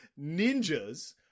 ninjas